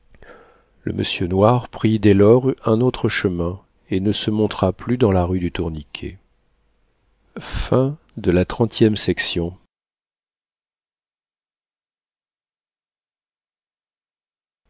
le monsieur noir prit dès lors un autre chemin et ne se montra plus dans la rue du tourniquet